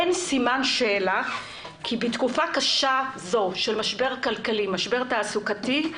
אין סימן שאלה כי בתקופה קשה זו של משבר כלכלי ומשבר תעסוקתי,